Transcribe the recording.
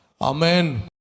Amen